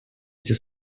эти